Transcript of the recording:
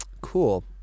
Cool